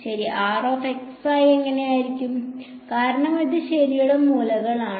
ശരി അങ്ങനെയായിരിക്കും കാരണം അത് ശരിയുടെ മൂലമാണ്